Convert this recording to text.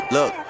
Look